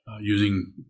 using